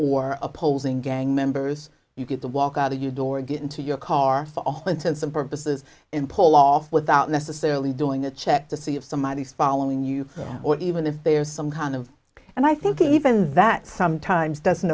or opposing gang members you could walk out the you door get into your car for all intents and purposes and pull off without necessarily doing a check to see if somebody is following you or even if there's some kind of and i think even that sometimes doesn't